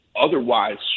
otherwise